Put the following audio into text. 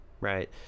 right